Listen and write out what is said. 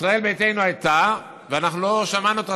ישראל ביתנו הייתה, ואנחנו לא שמענו אותה.